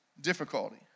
difficulty